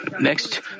Next